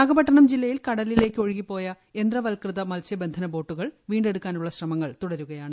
നാഗപട്ടണം ജില്ലയിൽ കടലിലേക്ക് ഒഴുകിപ്പോയ യന്ത്രവൽകൃത മത്സ്യബന്ധന ബോട്ടുകൾ വീണ്ടെടുക്കാനുള്ള ശ്രമങ്ങൾ തുടരുകയാണ്